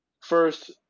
First